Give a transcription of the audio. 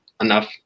enough